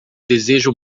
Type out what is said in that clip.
desejo